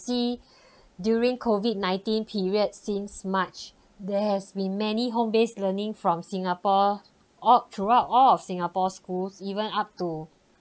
see during COVID nineteen period since march there has been many home base learning from singapore all throughout all of singapore schools even up to